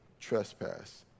trespass